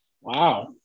Wow